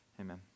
amen